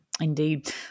indeed